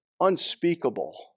unspeakable